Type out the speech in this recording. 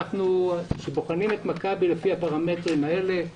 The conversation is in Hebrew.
כאשר בוחנים את מכבי לפי הפרמטרים האלה,